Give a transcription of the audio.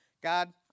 God